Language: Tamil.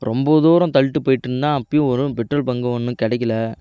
அப்புறம் ரொம்ப தூரம் தள்ளிட்டு போயிட்டு நின்றேன் அப்போயும் ஒரு பெட்ரோல் பங்கும் ஒன்றும் கிடைக்கல